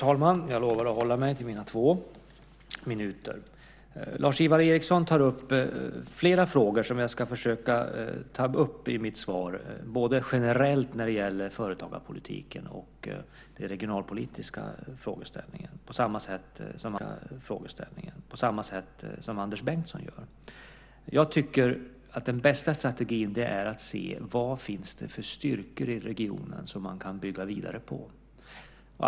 Herr talman! Lars-Ivar Ericson tar upp flera frågor som jag ska försöka ta upp i mitt svar, både generellt när det gäller företagarpolitiken och när det gäller den regionalpolitiska frågeställningen, på samma sätt som Anders Bengtsson gör. Jag tycker att den bästa strategin är att se vad det finns för styrkor i regionen som man kan bygga vidare på.